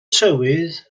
tywydd